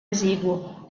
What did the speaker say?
esiguo